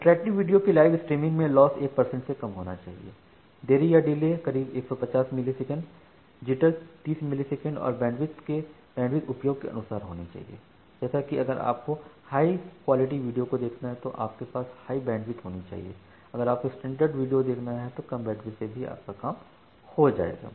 interactive video के live streaming में loss 1 percent से कम होना चाहिए देरी या डिले करीब 150 मिलीसेकंड जिटर 30 मिलीसेकंड और बैंडविड्थ उपयोग के अनुसार होनी चाहिए जैसे कि अगर आपको हाई क्वालिटी वीडियो देखना है तो आपके पास हाई बैंडविड्थ होनी चाहिए अगर आपको स्टैंडर्ड वीडियो देखना है तो कम बैंडविड्थ में से भी आपका काम हो जाएगा